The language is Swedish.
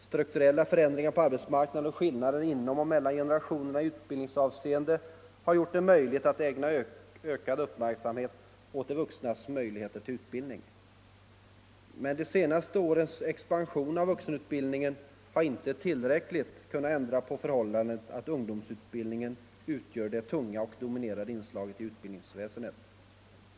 Strukturella förändringar på arbetsmarknaden och skillnader inom och mellan generationerna i utbildningsavseende har gjort det möjligt att ägna ökad uppmärksamhet åt de vuxnas möjligheter till utbildning. Men de senaste årens expansion av utbildningen har inte tillräckligt kunnat ändra på förhållandet att ungdomsutbildningen utgör det tunga och dominerande inslaget i utbildningsväsendet.